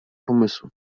pomysły